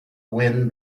wind